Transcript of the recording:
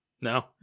No